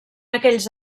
aquells